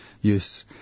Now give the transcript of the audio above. use